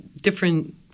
different